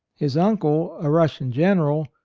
his uncle, a russian general,